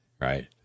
Right